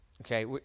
Okay